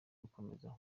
gukomeza